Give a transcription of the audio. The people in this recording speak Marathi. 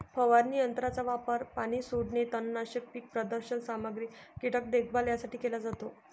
फवारणी यंत्राचा वापर पाणी सोडणे, तणनाशक, पीक प्रदर्शन सामग्री, कीटक देखभाल यासाठी केला जातो